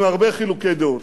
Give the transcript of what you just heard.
עם הרבה חילוקי דעות,